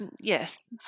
yes